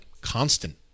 constant